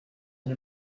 and